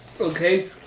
Okay